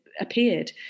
appeared